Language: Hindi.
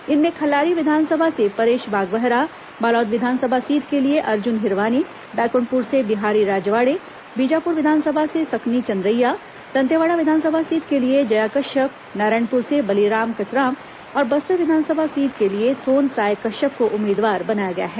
इनमें खल्लारी विधानसभा से फरेश बागबहरा बालोद विधानसभा सीट के लिए अर्जुन हिरवानी बैकुंठपुर से बिहारी राजवाड़े बीजापुर विधानसभा से सकनी चंद्रैया दंतेवाड़ा विधानसभा सीट के लिए जया कश्यप नारायणपुर से बलीराम कचराम और बस्तर विधानसभा सीट के लिए सोन साय कश्यप को उम्मीदवार बनाया गया है